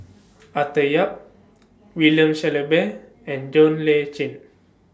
Arthur Yap William Shellabear and John Le Cain